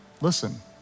listen